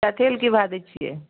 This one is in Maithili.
चठैल की भाव दै छियै